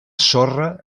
sorra